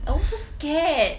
I was so scared